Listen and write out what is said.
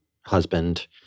husband